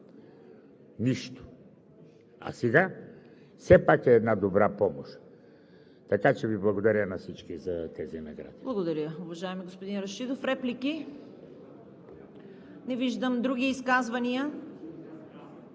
Нищо! А сега все пак е една добра помощ. Така че Ви благодаря на всички за тези награди.